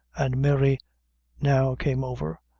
and mary now came over,